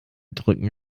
drücken